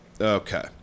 Okay